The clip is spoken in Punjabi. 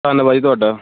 ਧੰਨਵਾਦ ਜੀ ਤੁਹਾਡਾ